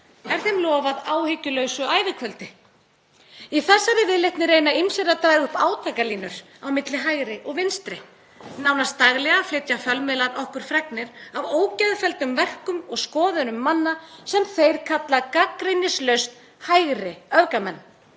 er þeim lofað áhyggjulausu ævikvöldi. Í þessari viðleitni reyna ýmsir að draga upp átakalínur á milli hægri og vinstri. Nánast daglega flytja fjölmiðlar okkur fregnir af ógeðfelldum verkum og skoðunum manna sem þeir kalla gagnrýnislaust hægri öfgamenn